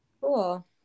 Cool